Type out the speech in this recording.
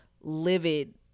livid